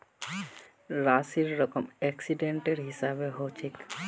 राशिर रकम एक्सीडेंटेर हिसाबे हछेक